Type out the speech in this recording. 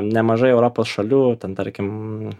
nemažai europos šalių ten tarkim